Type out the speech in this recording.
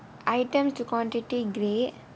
items to quantity grey